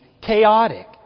chaotic